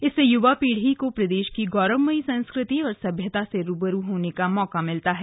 इससे युवा पीढ़ी को प्रदेश की गौरवमयी संस्कृति और सभ्यता से रूबरू होने का मौका मिलता है